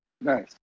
Nice